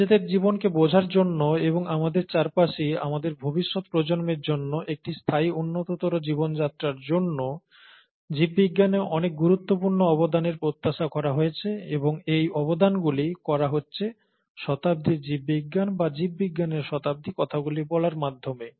নিজেদের জীবনকে বোঝার জন্য এবং আমাদের পাশাপাশি আমাদের ভবিষ্যত প্রজন্মের জন্য একটি স্থায়ী উন্নততর জীবনযাত্রার জন্য জীববিজ্ঞানে অনেক গুরুত্বপূর্ণ অবদানের প্রত্যাশা করা হয়েছে এবং এই অবদান গুলি করা হচ্ছে শতাব্দীর জীববিজ্ঞান বা জীববিজ্ঞানের শতাব্দি কথাগুলি বলার মাধ্যমে